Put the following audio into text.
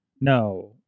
no